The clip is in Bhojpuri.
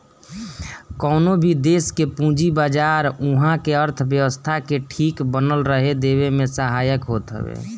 कवनो भी देस के पूंजी बाजार उहा के अर्थव्यवस्था के ठीक बनल रहे देवे में सहायक होत हवे